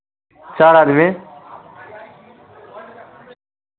चार आदमी